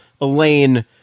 elaine